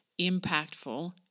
impactful